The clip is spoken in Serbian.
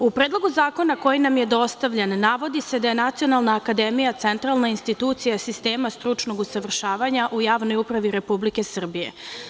U Predlogu zakona koji nam je dostavljen, navodi se da je Nacionalna akademija centralna institucija sistema stručnog usavršavanja u javnoj upravi Republike Srbije.